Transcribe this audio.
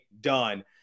done